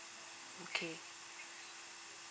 okay